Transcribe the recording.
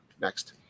Next